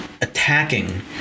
attacking